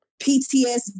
PTSD